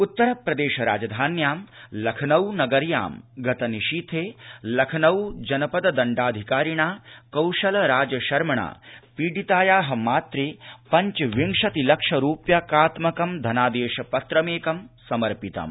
उत्तरप्रदेश राजधान्यां लखनऊ नगर्यां गतनिशीथे लखनऊ जनपद दण्डाधिकारिणा कौशल राज शर्मणा पीडितायाः मात्रे पश्चविंशति लक्ष रूप्यकात्मकं धनादेशपत्रमेकं समर्पितम्